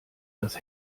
das